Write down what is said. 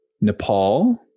Nepal